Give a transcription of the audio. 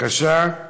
8751 ו-8784.